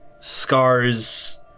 scars